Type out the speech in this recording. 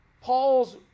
Paul's